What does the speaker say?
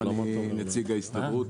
אני נציג ההסתדרות,